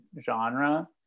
genre